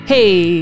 Hey